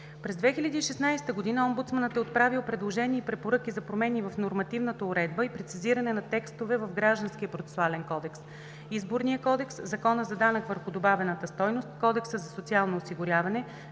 През 2016 г. Омбудсманът е отправил предложения и препоръки за промени в нормативната уредба и прецизиране на текстове в Гражданския процесуален кодекс, Изборния кодекс, Закона за данък върху добавената стойност, Кодекса за социално осигуряване,